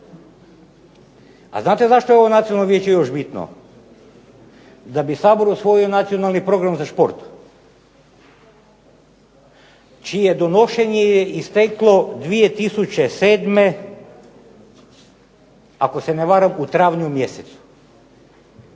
A znate zašto je ovo Nacionalno vijeće još bitno? Da bi Sabor usvojio Nacionalni program za šport, čije donošenje je isteklo 2007. ako se ne varam u travnju mjesecu.